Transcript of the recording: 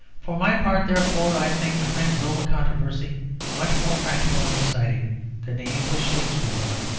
for my part, therefore, i think the french zola controversy much more practical and exciting than the english shakspere one.